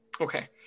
Okay